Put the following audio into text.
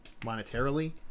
monetarily